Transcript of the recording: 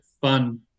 fun